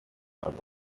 ago